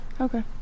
okay